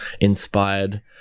inspired